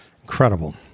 Incredible